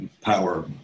Power